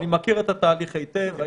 אני מכיר את התהליך היטב.